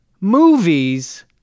movies